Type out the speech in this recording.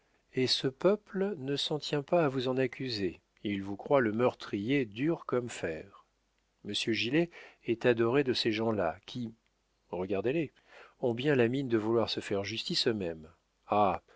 et ce peuple ne s'en tient pas à vous en accuser il vous croit le meurtrier dur comme fer monsieur gilet est adoré de ces gens-là qui regardez-les ont bien la mine de vouloir se faire justice eux-mêmes ah